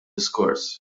diskors